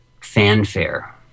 fanfare